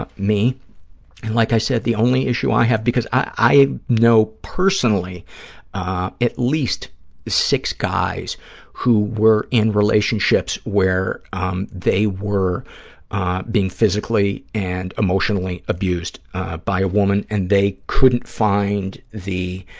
ah me. and like i said, the only issue i have, because i know personally at least six guys who were in relationships where um they were being physically and emotionally abused by a woman and they couldn't find the